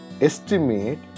estimate